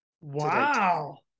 Wow